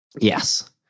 Yes